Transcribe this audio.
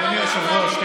אדוני היושב-ראש,